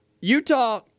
Utah